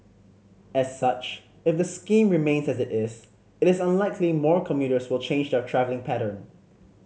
as such if the scheme remains as it is it is unlikely more commuters will change their travelling pattern